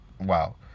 wow